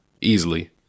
easily